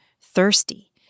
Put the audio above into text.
thirsty